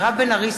מירב בן ארי,